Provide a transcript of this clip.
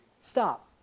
Stop